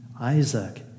Isaac